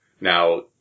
now